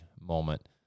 moment